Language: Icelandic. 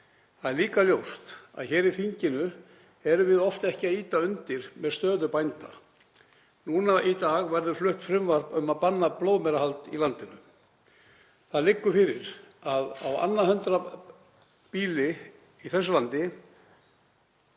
Það er líka ljóst að hér í þinginu erum við oft ekki að lyfta undir með stöðu bænda. Í dag verður flutt frumvarp um að banna blóðmerahald í landinu. Það liggur fyrir að á annað hundrað býli í þessu landi